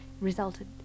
resulted